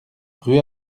rue